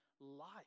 life